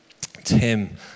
Tim